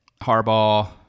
Harbaugh